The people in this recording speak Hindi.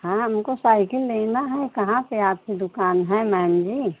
हाँ हमको साइकिल लेना है कहाँ पर आपकी दुकान है मैम जी